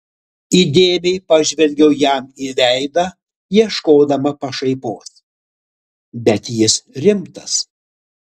įdėmiai pažvelgiu jam į veidą ieškodama pašaipos bet jis rimtas